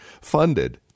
funded